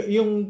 Yung